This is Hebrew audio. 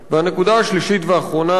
והנקודה השלישית והאחרונה,